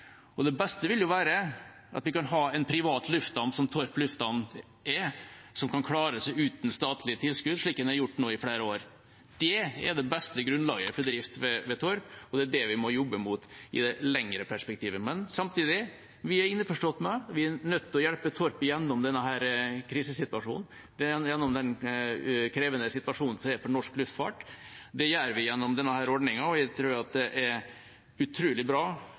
Det beste vil jo være at vi kan ha en privat lufthavn, som Sandefjord lufthavn Torp er, som kan klare seg uten statlige tilskudd – slik den har gjort nå i flere år. Det er det beste grunnlaget for drift ved Torp, og det er det vi må jobbe mot i det lengre perspektivet. Samtidig er vi innforstått med at vi er nødt til å hjelpe Torp igjennom denne krisesituasjonen, den krevende situasjonen som er for norsk luftfart. Det gjør vi gjennom denne ordningen, og jeg tror det er utrolig bra